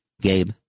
Gabe